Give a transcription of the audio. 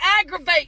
aggravate